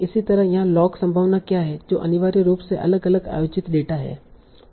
इसी तरह यहां लॉग संभावना क्या है जो अनिवार्य रूप से अलग अलग आयोजित डेटा है